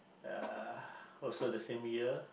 uh also the same year